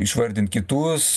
išvardint kitus